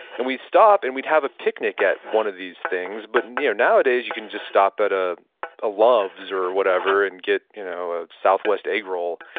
and we'd stop and we'd have a picnic at one of these things. but and yeah nowadays, you can just stop at ah a love's or whatever and get you know a southwest egg roll,